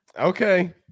Okay